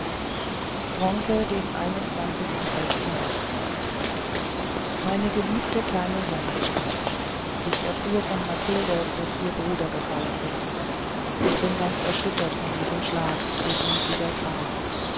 wronke meine geliebte kleine sonitschka ich erfuhr von mathilde daß ihr bruder gefallen ist und bin ganz erschüttert von diesem schlag der sie wieder traf